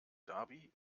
dhabi